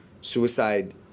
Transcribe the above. Suicide